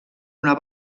una